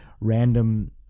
random